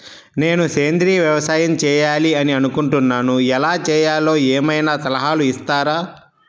నేను సేంద్రియ వ్యవసాయం చేయాలి అని అనుకుంటున్నాను, ఎలా చేయాలో ఏమయినా సలహాలు ఇస్తారా?